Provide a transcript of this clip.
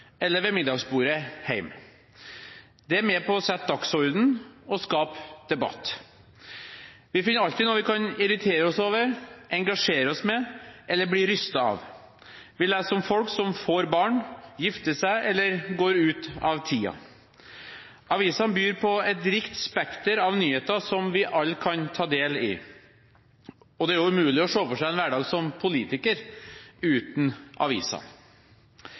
eller ved middagsbordet hjemme. Det er med på å sette dagsorden og skape debatt. Vi finner alltid noe vi kan irritere oss over, engasjere oss med eller bli rystet av. Vi leser om folk som får barn, gifter seg eller går ut av tiden. Avisene byr på et rikt spekter av nyheter som vi alle kan ta del i, og det er umulig å se for seg en hverdag som politiker uten aviser.